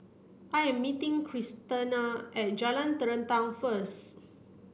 I am meeting Christena at Jalan Terentang first